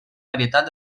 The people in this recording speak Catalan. varietat